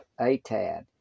Atad